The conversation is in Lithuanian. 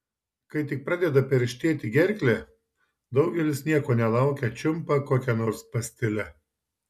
kai tik pradeda perštėti gerklę daugelis nieko nelaukę čiumpa kokią nors pastilę